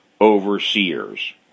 overseers